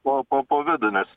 po po po vidų nes